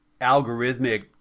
algorithmic